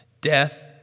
Death